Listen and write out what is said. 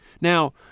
Now